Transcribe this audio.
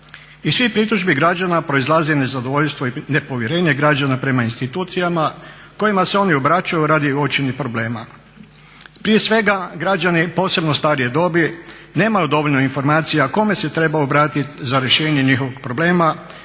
Iz svih pritužbi građana proizlazi nezadovoljstvo i nepovjerenje građana prema institucijama kojima se oni obraćaju radi uočenih problema. Prije svega, građani posebno starije dobi nemaju dovoljno informacija kome se trebaju obratiti za rješenje njihovog problema,